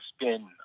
spin